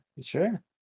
sure